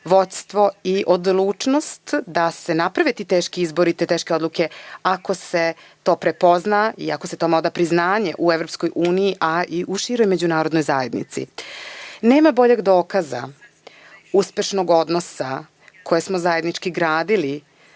vođstvo i odlučnost da se naprave ti teški izbori, te teške odluke ako se to prepozna i ako se tome oda priznanje u Evropskoj uniji, a i u široj međunarodnoj zajednici. Nema boljeg dokaza uspešnog odnosa koji smo zajednički gradili